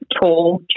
tall